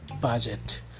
budget